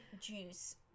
juice